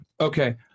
okay